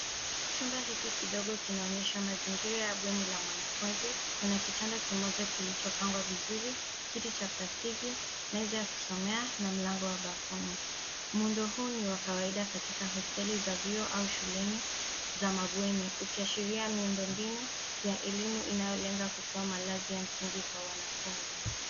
Chumba hiki kidogo linaonyesha mazingira ya bweni ya wanafunzi. Kuna kitanda kimoja kilichopangwa vizuri